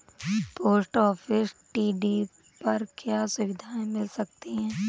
Post office TD पर क्या सुविधाएँ मिल सकती है?